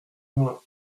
vingt